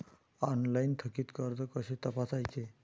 Online थकीत कर्ज कसे तपासायचे?